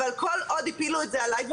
אבל כל עוד הפילו את זה עליי,